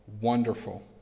Wonderful